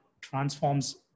transforms